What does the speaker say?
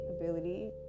ability